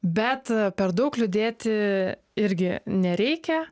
bet per daug liūdėti irgi nereikia